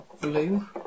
blue